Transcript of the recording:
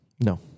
No